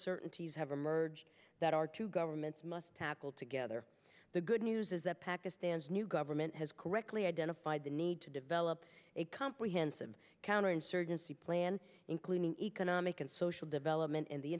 uncertainties have emerged that our two governments must tackle together the good news is that pakistan's new government has correctly identified the need to develop a comprehensive counterinsurgency plan including economic and social development and the